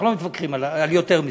אנחנו לא מתווכחים על יותר מזה.